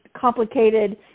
complicated